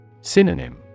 Synonym